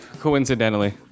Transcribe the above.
Coincidentally